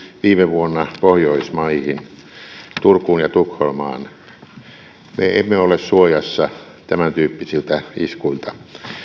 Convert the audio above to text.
viime vuonna pohjoismaihin turkuun ja tukholmaan me emme ole suojassa tämäntyyppisiltä iskuilta